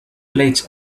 plates